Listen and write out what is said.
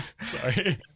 Sorry